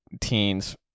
teens